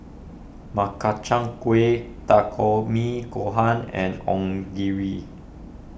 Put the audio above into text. Makchang Gui Takikomi Gohan and Onigiri